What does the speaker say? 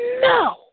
no